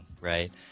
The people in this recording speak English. right